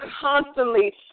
constantly